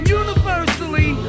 universally